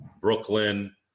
Brooklyn